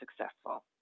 successful